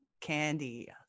candy